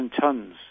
tons